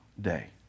day